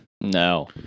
No